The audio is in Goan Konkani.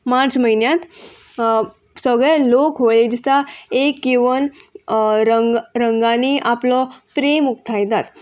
मार्च म्हयन्यांत सगळे लोक होळये दिसा एक येवन रंग रंगांनी आपलो प्रेम उखतायतात